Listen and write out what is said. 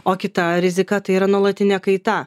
o kita rizika tai yra nuolatinė kaita